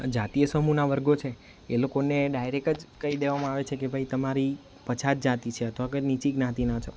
જાતિય સમૂહના વર્ગો છે એ લોકોને ડાયરેક્ટ જ કહી દેવામાં આવે છે કે ભાઈ તમારી પછાત જાતી છે અથવા અગર નીચી જ્ઞાતિના છો